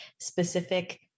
specific